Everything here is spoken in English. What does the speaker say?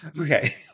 Okay